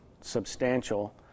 substantial